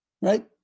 Right